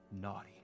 naughty